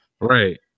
right